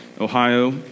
Ohio